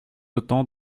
autant